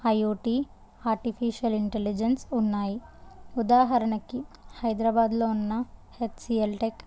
IoT artificial intelligence ఉన్నాయి ఉదాహరణకి హైదరాబాద్లో ఉన్నహెచ్సిఎల్ టెక్